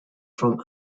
from